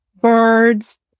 Birds